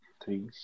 three